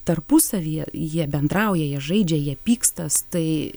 tarpusavyje jie bendrauja jie žaidžia jie pykstas tai